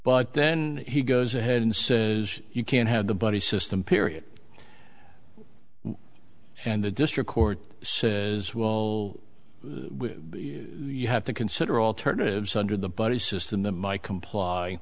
but then he goes ahead and says you can't have the buddy system period and the district court is will you have to consider alternatives under the buddy system the my comply